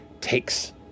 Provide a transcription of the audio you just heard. takes